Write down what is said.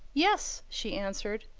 yes, she answered,